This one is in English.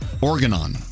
Organon